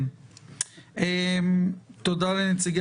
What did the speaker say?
עורכת הדין